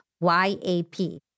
Y-A-P